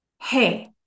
Hey